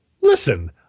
listen